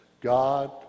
God